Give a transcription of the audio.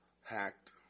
hacked